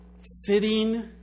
sitting